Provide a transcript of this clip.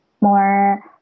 more